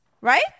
right